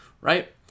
right